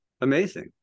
Amazing